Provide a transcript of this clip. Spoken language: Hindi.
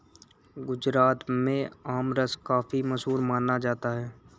गुजरात में आमरस काफी मशहूर माना जाता है